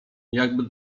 jakby